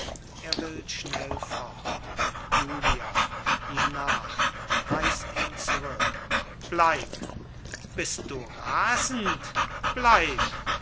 er will schnell fort julia ihm nach reißt ihn zurück bleib bist du rasend bleib